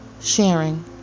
sharing